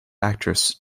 actress